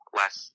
less